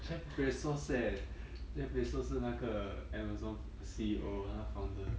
jeff bezos eh jeff bezos 是那个 amazon C_E_O 他 founder